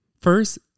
First